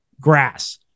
grass